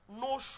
No